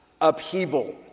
upheaval